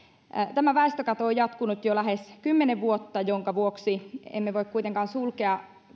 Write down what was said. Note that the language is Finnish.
tämä väestökato on jatkunut jo lähes kymmenen vuotta minkä vuoksi emme voi kuitenkaan sulkea